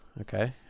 Okay